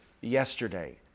yesterday